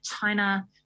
China